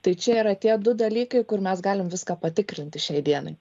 tai čia yra tie du dalykai kur mes galim viską patikrinti šiai dienai